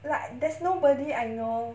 like there's nobody I know